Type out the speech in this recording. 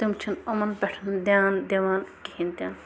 تِم چھِنہٕ یِمن پٮ۪ٹھ دیان دِوان کِہیٖنۍ تہِ نہٕ